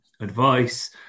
advice